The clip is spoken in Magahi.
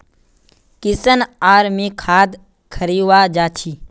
किशन आर मी खाद खरीवा जा छी